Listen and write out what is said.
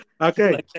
Okay